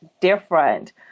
different